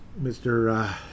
Mr